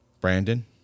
Brandon